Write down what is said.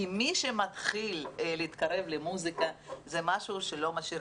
כי מי שמתחיל להתקרב למוסיקה זה משהו שלא משאיר